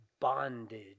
Bondage